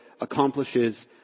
accomplishes